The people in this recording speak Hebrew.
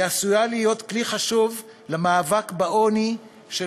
היא עשויה להיות כלי חשוב למאבק בעוני של